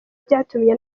byatumye